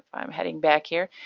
i'm heading back here,